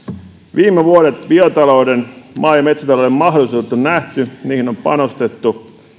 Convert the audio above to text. viime vuodet biotalouden maa ja metsätalouden mahdollisuudet on nähty niihin on panostettu